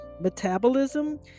metabolism